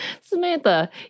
Samantha